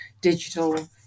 digital